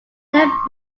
left